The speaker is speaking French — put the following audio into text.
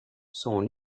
son